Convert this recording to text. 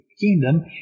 Kingdom